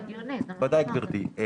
בוודאי, גברתי.